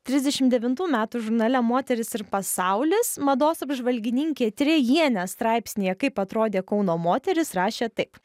trisdešimt devintų metų žurnale moteris ir pasaulis mados apžvalgininkė trejienė straipsnyje kaip atrodė kauno moteris rašė taip